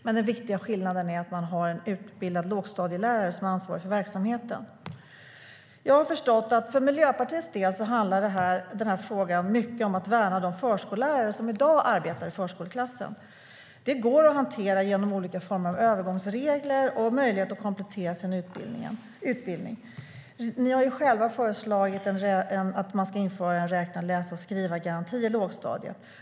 Den viktiga skillnaden är att man har en utbildad lågstadielärare som har ansvar för verksamheten. Ni har föreslagit att det ska införas en läsa-skriva-räkna-garanti i lågstadiet.